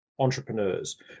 entrepreneurs